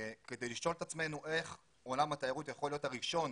כדי לשאול את עצמנו איך עולם התיירות הנכנסת יכול להיות הראשון